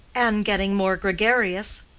and getting more gregarious.